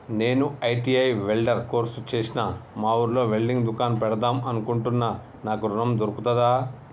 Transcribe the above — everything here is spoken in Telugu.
నేను ఐ.టి.ఐ వెల్డర్ కోర్సు చేశ్న మా ఊర్లో వెల్డింగ్ దుకాన్ పెడదాం అనుకుంటున్నా నాకు ఋణం దొర్కుతదా?